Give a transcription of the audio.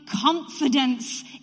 confidence